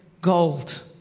gold